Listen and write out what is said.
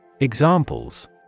Examples